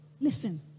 Listen